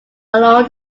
along